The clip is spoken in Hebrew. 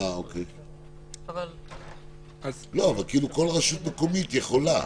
אבל כל רשות מקומית יכולה.